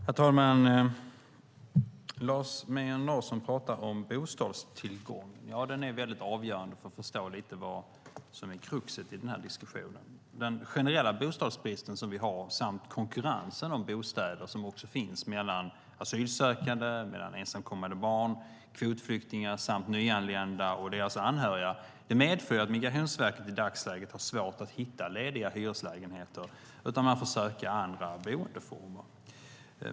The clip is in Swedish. Herr talman! Lars Mejern Larsson pratar om bostadstillgång. Ja, den är avgörande för att förstå vad som är kruxet i den här diskussionen. Den generella bostadsbrist som vi har samt konkurrensen om bostäder - mellan asylsökande, ensamkommande barn, kvotflyktingar samt nyanlända och deras anhöriga - medför att Migrationsverket i dagsläget har svårt att hitta lediga hyreslägenheter och får söka andra boendeformer.